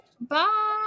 Bye